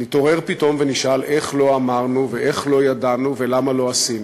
נתעורר פתאום ונשאל איך לא אמרנו ואיך לא ידענו ולמה לא עשינו.